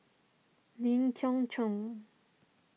Lee Khoon Choy